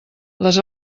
les